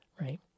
right